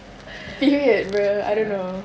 period bro I don't know